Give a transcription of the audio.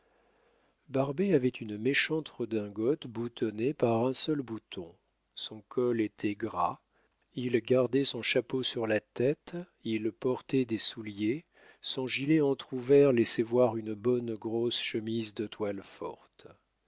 barbet avait une méchante redingote boutonnée par un seul bouton son col était gras il gardait son chapeau sur la tête il portait des souliers son gilet entr'ouvert laissait voir une bonne grosse chemise de toile forte